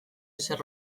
ezer